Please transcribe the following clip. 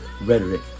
rhetoric